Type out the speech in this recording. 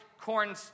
corn